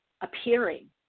appearing